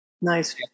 Nice